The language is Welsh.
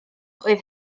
oedd